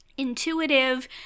intuitive